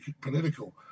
political